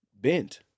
bent